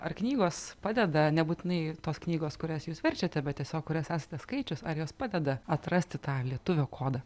ar knygos padeda nebūtinai tos knygos kurias jūs verčiate bet tiesiog kurias esate skaičius ar jos padeda atrasti tą lietuvio kodą